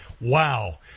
Wow